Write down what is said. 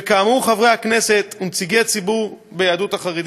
וכאמור, חברי הכנסת ונציגי ציבור ביהדות החרדית,